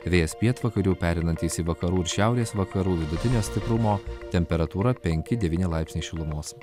vėjas pietvakarių pereinantis į vakarų ir šiaurės vakarų vidutinio stiprumo temperatūra penki devyni laipsniai šilumos